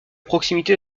proximité